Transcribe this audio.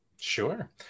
Sure